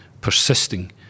persisting